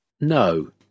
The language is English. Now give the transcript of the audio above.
No